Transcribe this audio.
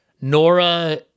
Nora